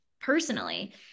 personally